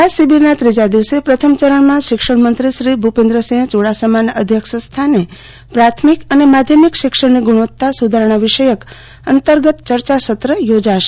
આ શિબિરના ત્રીજા દિવસે પ્રથમ ચરણમાં શિક્ષણ મંત્રી શ્રી ભૂપેન્દ્રસિંહ ચુડાસમાના અધ્યક્ષસ્થાને પ્રાથમિક અને માધ્યમિક શિક્ષણની ગુણવત્તા સુધારણા વિષયક અંતર્ગત ચર્ચાસત્ર યોજાશે